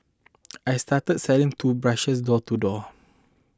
I started selling toothbrushes door to door